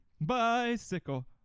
bicycle